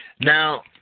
Now